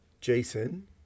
Jason